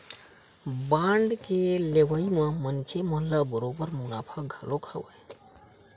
bond के लेवई म मनखे मन ल बरोबर मुनाफा घलो हवय